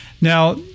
Now